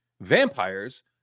vampires